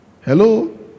Hello